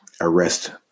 arrest